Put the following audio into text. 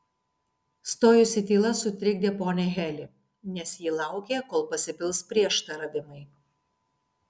stojusi tyla sutrikdė ponią heli nes ji laukė kol pasipils prieštaravimai